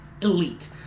elite